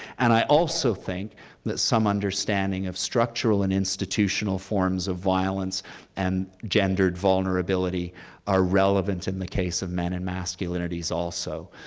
and i also think that some understanding of structural and institutional forms of violence and gendered vulnerability are relevant in the case of men and masculinities also.